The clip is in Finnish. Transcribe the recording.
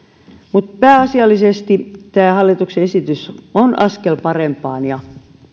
mutta pääasiallisesti tämä hallituksen esitys on askel parempaan ja